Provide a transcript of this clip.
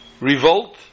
revolt